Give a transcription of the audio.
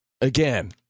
again